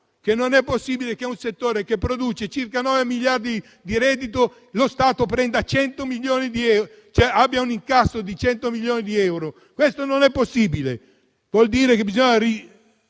ma non è possibile che da un settore che produce circa 9 miliardi di reddito lo Stato abbia un incasso di 100 milioni di euro. Non è possibile: vuol dire che bisogna